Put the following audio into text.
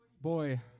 Boy